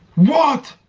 what